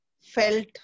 felt